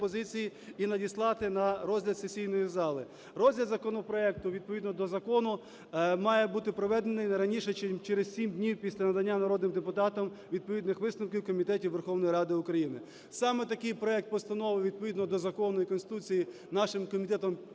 пропозиції і надіслати на розгляд сесійної зали. Розгляд законопроекту, відповідно до закону, має бути проведений не раніше, чим через 7 днів після надання народним депутатом відповідних висновків комітетів Верховної Ради України. Саме такий проект постанови, відповідно до закону і Конституції, нашим комітетом